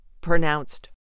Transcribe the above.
pronounced